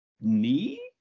knee